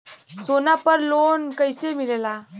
सोना पर loan कइसे मिलेला?